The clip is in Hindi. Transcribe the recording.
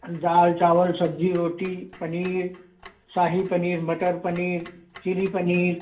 दाल चावल सब्जी रोटी पनीर साही पनीर मटर पनीर चिली पनीर